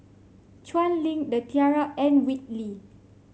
Chuan Link The Tiara and Whitley